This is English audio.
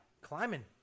Climbing